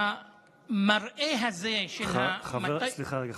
המראה הזה של, סליחה, רגע.